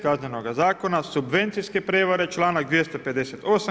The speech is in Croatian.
Kaznenoga zakona, subvencijske prevare članak 258.